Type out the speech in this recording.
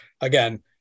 again